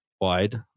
wide